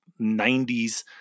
90s